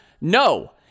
no